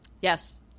Yes